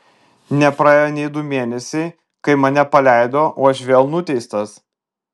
nepraėjo nei du mėnesiai kai mane paleido o aš vėl nuteistas